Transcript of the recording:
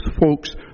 folks